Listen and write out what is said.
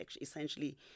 essentially